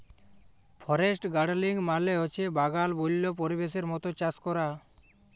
forest গাড়েলিং মালে হছে বাগাল বল্য পরিবেশের মত চাষ ক্যরা